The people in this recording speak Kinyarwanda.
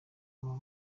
aba